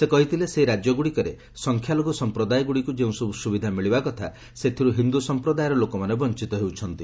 ସେ କହିଥିଲେ ସେହି ରାଜ୍ୟଗ୍ରଡ଼ିକରେ ସଂଖ୍ୟାଲଘ୍ର ସମ୍ପ୍ରଦାୟଗ୍ରଡ଼ିକ୍ ଯେଉଁସବୁ ସୁବିଧା ମିଳିବା କଥା ସେଥିରୁ ହିନ୍ଦୁ ସମ୍ପ୍ରଦାୟର ଲୋକମାନେ ବଞ୍ଚତ ହେଉଛନ୍ତି